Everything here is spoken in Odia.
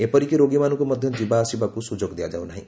ଏପରିକି ରୋଗୀ ମାନଙ୍କୁ ମଧ୍ଧ ଯିବା ଆସିବାକୁ ସୁଯୋଗ ଦିଆଯାଉନାହି